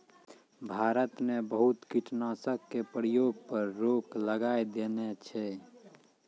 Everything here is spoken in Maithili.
सरकार न बहुत कीटनाशक के प्रयोग पर रोक लगाय देने छै